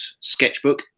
sketchbook